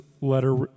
letter